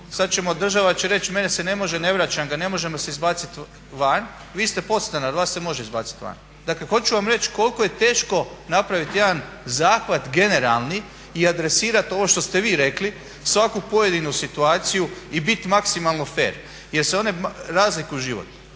Sad ćemo, država će reći mene se ne može, ne vraćam ga, ne možemo se izbaciti van, vi ste podstanar, vas se može izbacit van. Dakle, hoću vam reći koliko je teško napravit jedan zahvat generalni i adresirat ovo što ste vi rekli svaku pojedinu situaciju i bit maksimalno fer, jer se one razlikuju životno.